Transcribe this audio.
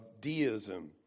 deism